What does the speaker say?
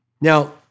Now